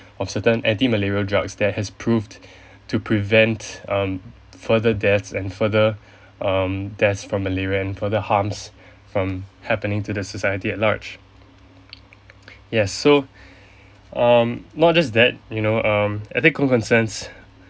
of certain anti malarial drugs that has proved to prevent um further death and further um death from malaria and further harms from happening to the society at large yes so um not just that you know um ethical concerns